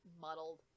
muddled